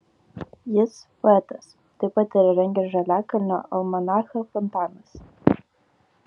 jis poetas taip pat yra rengęs žaliakalnio almanachą fontanas